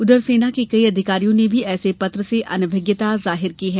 उधर सेना के कई अधिकारियों ने भी ऐसे पत्र से अनभिज्ञता जाहिर की है